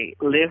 live